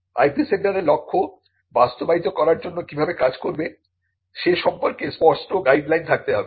IP সেন্টারের লক্ষ্য বাস্তবায়িত করার জন্য কিভাবে কাজ করবে সে সম্পর্কে স্পষ্ট গাইডলাইন থাকতে হবে